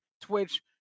Twitch